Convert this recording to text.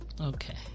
Okay